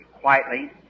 quietly